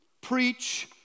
Preach